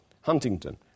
Huntington